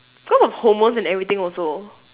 cause of hormones and everything also